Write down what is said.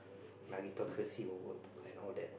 meritocracy will work and all that